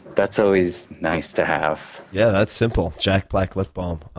that's always nice to have. yeah, that's simple. jack black lip balm.